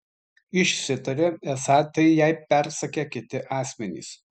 išsitarė esą tai jai persakę kiti asmenys